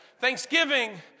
Thanksgiving